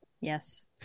Yes